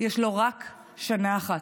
יש לו רק שנה אחת.